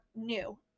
new